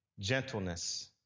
gentleness